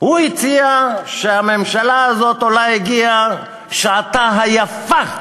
הוא הציע שהממשלה הזאת אולי הגיעה שעתה היפה,